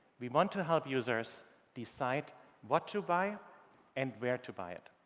we want to to help users decide what to buy and where to buy it.